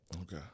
Okay